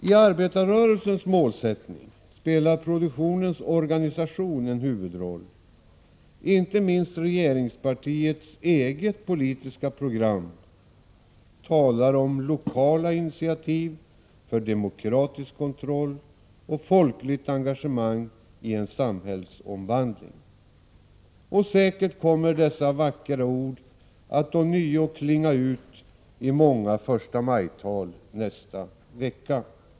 I arbetarrörelsens målsättning spelar produktionens organisation en huvudroll. Inte minst regeringspartiets eget politiska program talar om lokala initiativ för demokratisk kontroll och folkligt engagemang i en samhällsomvandling. Säkert kommer dessa vackra ord att ånyo klinga ut i många förstamajtal nästa vecka.